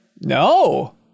No